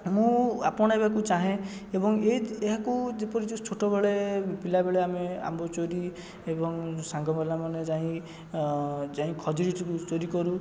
ମୁଁ ଆପଣେଇବାକୁ ଚାହେଁ ଏବଂ ଏହି ଏହାକୁ ଯେପରି ଯେଉଁ ଛୋଟବେଳେ ପିଲାବେଳେ ଆମେ ଆମ୍ବ ଚୋରି ଏବଂ ସାଙ୍ଗ ପିଲାମାନେ ଯାଇ ଯାଇ ଖଜୁରୀ ଚୋରି କରୁ